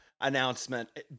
announcement